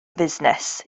fusnes